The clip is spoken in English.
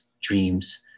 dreams